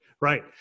Right